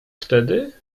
wtedy